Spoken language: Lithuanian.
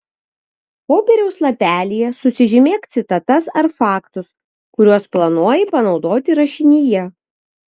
popieriaus lapelyje susižymėk citatas ar faktus kuriuos planuoji panaudoti rašinyje